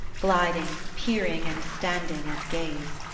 gliding, peering and standing at gaze.